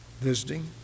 visiting